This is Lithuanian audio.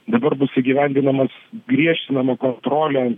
dabar bus įgyvendinamas griežtinama kontrolė